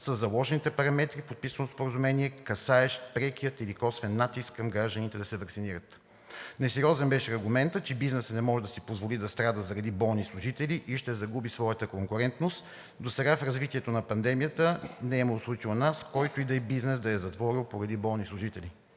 със заложените параметри в подписаното споразумение, касаещ прекия или косвен натиск към гражданите да се ваксинират. Несериозен беше аргументът, че бизнесът не може да си позволи да страда заради болни служители и ще загуби своята конкурентност. Досега в развитието на пандемията не е имало случай у нас който и да е бизнес да е затворил поради болни служители.